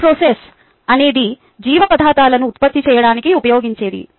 bioprocess అనేది జీవ పదార్ధాలను ఉత్పత్తి చేయడానికి ఉపయోగించేది